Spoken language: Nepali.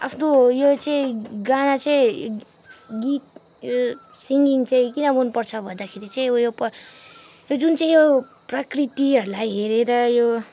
आफ्नो यो चाहिँ गाना चाहिँ गीत यो सिङ्गिङ चाहिँ किन मन पर्छ भन्दाखेरि चाहिँ उयो प जुन चाहिँ यो प्रकृतिहरूलाई हेरेर यो